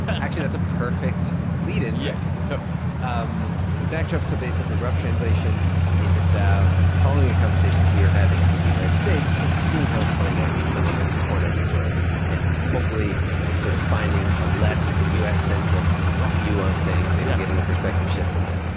actually that's a perfect lead in yes so um backdrop, so basically rough translation is about following a conversation that we are having in the united states but seeing how it's playing out in some other corner of the world and hopefully sort of finding a less u s centric. yeah. view on things, maybe getting a perspective shift from that.